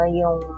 yung